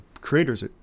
creators